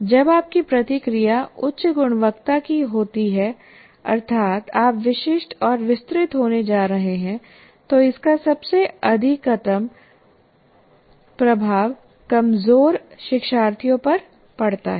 जब आपकी प्रतिक्रिया उच्च गुणवत्ता की होती है अर्थात आप विशिष्ट और विस्तृत होने जा रहे हैं तो इसका सबसे अधिकतम प्रभाव कमजोर शिक्षार्थियों पर पड़ता है